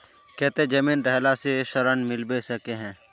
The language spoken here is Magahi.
केते जमीन रहला से ऋण मिलबे सके है?